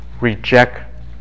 reject